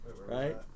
right